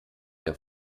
der